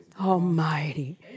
Almighty